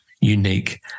unique